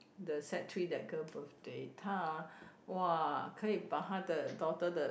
the sec-three that girl birthday 她 ah !wah! 可以把她 de daughter 的